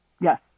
Yes